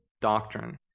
doctrine